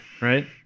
Right